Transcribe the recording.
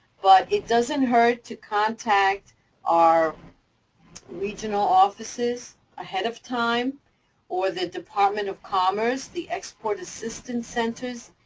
but it doesn't hurt to contact our regional offices ahead of time or the department of commerce, the export assistance centers.